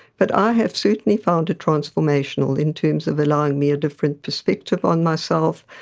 but i have certainly found it transformational in terms of allowing me a different perspective on myself,